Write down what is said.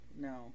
no